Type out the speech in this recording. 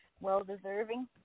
well-deserving